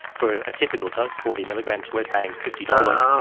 for a typical dose, forty milligrams, we're paying fifty dollars.